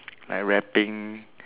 I rapping